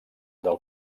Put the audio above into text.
del